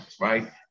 right